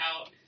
out